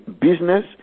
business